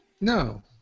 No